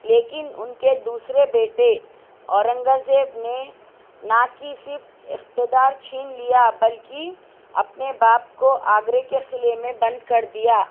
لیکن ان کے دوسرے بیٹے اورنگ زیب نے نا کہ صرف اقتدار چھین لیا بلکہ اپنے باپ کو آگرے کے قلعے میں بند کر دیا